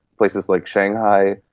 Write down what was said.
places like shanghai,